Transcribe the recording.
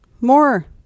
more